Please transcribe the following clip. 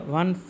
one